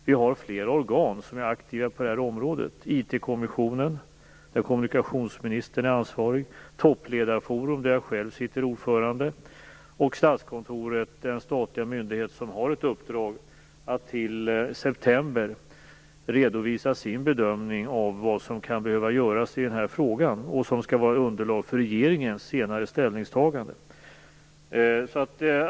Vi har flera organ som är aktiva på det här området: IT-kommissionen, där kommunikationsministern är ansvarig, Toppledarforum, där jag själv sitter ordförande, och Statskontoret, den statliga myndighet som har ett uppdrag att till september redovisa sin bedömning av vad som kan behöva göras i den här frågan, en redovisning som skall vara underlag för regeringens senare ställningstagande.